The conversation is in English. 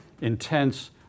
intense